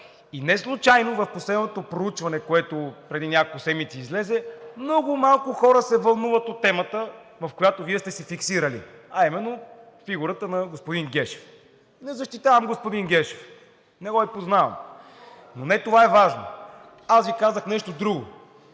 Неслучайно в последното проучване, което преди няколко седмици излезе, много малко хора се вълнуват от темата, в която Вие сте се фиксирали, а именно фигурата на господин Гешев. Не защитавам господин Гешев, не го и познавам. Но не това е важно. Аз Ви казах нещо друго.